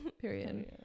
period